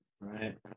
right